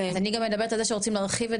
אני גם מדברת על זה שרוצים להרחיב את